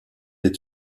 des